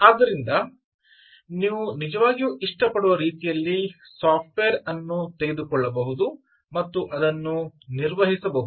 ಆದ್ದರಿಂದ ನಿಜವಾಗಿಯೂ ನೀವು ಇಷ್ಟಪಡುವ ರೀತಿಯಲ್ಲಿ ಸಾಫ್ಟ್ವೇರ್ ಅನ್ನು ತೆಗೆದುಕೊಳ್ಳಬಹುದು ಮತ್ತು ಅದನ್ನು ನಿರ್ವಹಿಸಬಹುದು